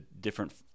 different